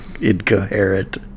incoherent